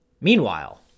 Meanwhile